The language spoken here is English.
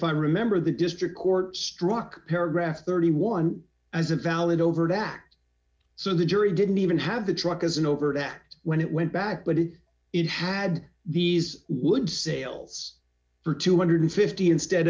find remember the district court struck paragraph thirty one as a valid overt act so the jury didn't even have the truck as an overt act when it went back but it it had these would sales for two hundred and fifty instead